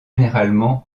généralement